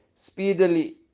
Speedily